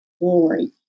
glory